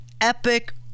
epic